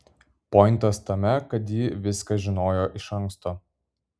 pointas tame kad ji viską žinojo iš anksto